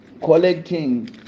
collecting